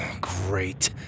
Great